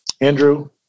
Andrew